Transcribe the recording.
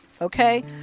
Okay